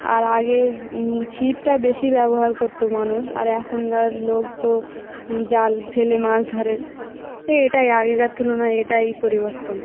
আর আগে ছিপটা বেশি ব্যবহার করতো মানুষ আর এখনকার লোক তো জাল ফেলে মাছ ধরে এই এটাই আগেকার তুলনায় এটাই পরিবর্তন